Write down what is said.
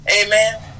amen